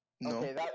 No